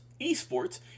ESports